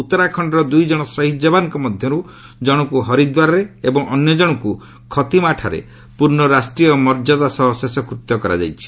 ଉତ୍ତରାଖଣ୍ଡର ଦୁଇଜଣ ସହିଦ ଜବାନଙ୍କ ମଧ୍ୟରୁ ଜଣଙ୍କୁ ହରିଦ୍ୱାରରେ ଏବଂ ଅନ୍ୟଜଣଙ୍କୁ ଖତିମାଠାରେ ପୂର୍ଣ୍ଣ ରାଷ୍ଟ୍ରୀୟ ମର୍ଯ୍ୟାଦା ସହ ଶେଷକୃତ୍ୟ କରାଯାଇଛି